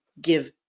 give